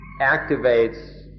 activates